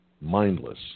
mindless